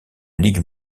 ligue